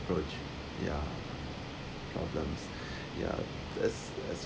approach ya problems ya us as